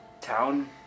town